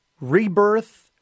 rebirth